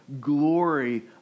glory